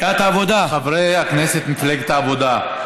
סיעת העבודה, חברי הכנסת ממפלגת העבודה.